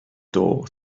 door